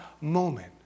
moment